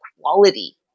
quality